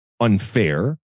unfair